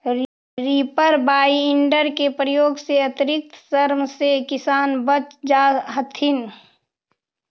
reaper binder के प्रयोग से अतिरिक्त श्रम से किसान बच जा हथिन